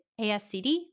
ASCD